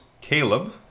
Caleb